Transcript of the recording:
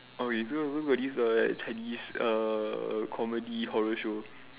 okay so I got this like Chinese uh comedy horror show